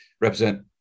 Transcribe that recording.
represent